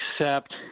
accept